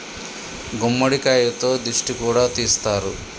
గుమ్మడికాయతో దిష్టి కూడా తీస్తారు